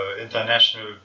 international